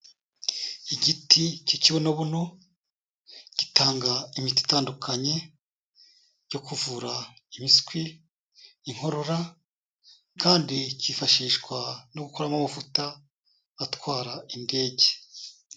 Igiti cy'ikibonobono gitanga imiti itandukanye yo kuvura imiswi, inkorora kandi cyifashishwa no gukoramo amavuta atwara indege.